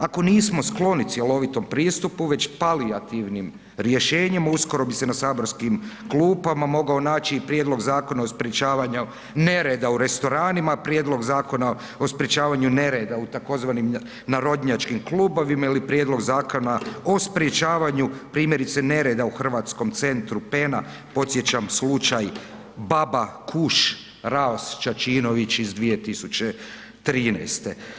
Ako nismo skloni cjelovitom pristupu već palijativnim rješenjem uskoro bi se na saborskim klupama mogao naći i prijedlog zakona o sprečavanju nereda u restoranima, prijedlog zakona o sprečavanju nereda u tzv. narodnjačkim klubovima ili prijedlog zakona o sprečavanju primjerice nereda u Hrvatskom centru PEN-a, podsjećam slučaj Baba, Kuš, Raos, Čačinović iz 2013.